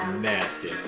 nasty